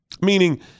Meaning